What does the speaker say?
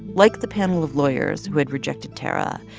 like the panel of lawyers who had rejected tarra,